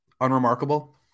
Unremarkable